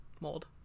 mold